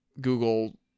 Google